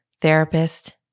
therapist